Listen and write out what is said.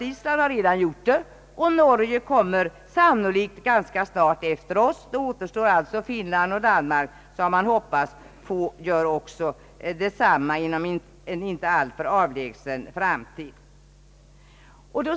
Island har redan gjort det, och Norge kommer sannolikt ganska snart efter oss. Det återstår alltså Finland och Danmark, som man hoppas gör detsamma inom en inte alltför avlägsen framtid.